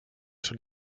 schon